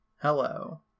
Hello